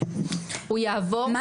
הוא יעבור --- אני